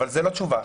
אבל זו לא תשובה.